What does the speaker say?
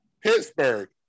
Pittsburgh